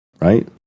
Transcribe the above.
right